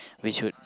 which would